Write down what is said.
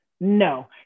No